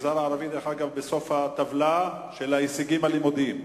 המגזר הערבי בסוף הטבלה של ההישגים הלימודיים.